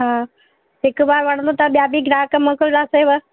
ह हिकु बार वणंदो त ॿिया बि ग्राहक मोकिलिंदासाव